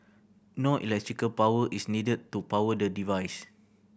no electrical power is needed to power the device